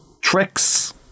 tricks